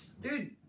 Dude